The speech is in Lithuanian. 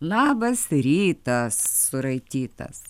labas rytas suraitytas